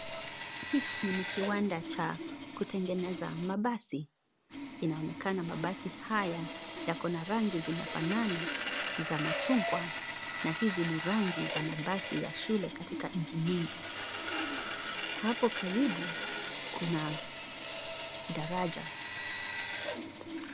Hiki ni kiwanda cha kutengeneza mabasi. Inaonekana mabasi haya yako na rangi zinafanana za machungwa na hizi ni rangi za mabasi ya shule katika nchi nyingi. Hapo karibu, kuna daraja.